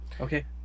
Okay